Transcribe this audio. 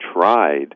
tried